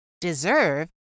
deserve